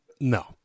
No